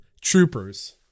Troopers